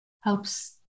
helps